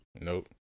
Nope